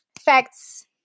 facts